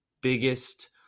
biggest